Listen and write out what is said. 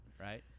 right